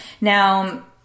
Now